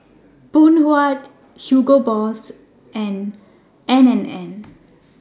Phoon Huat Hugo Boss and N and N